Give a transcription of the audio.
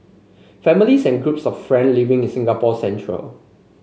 families and groups of friend living in Singapore's centre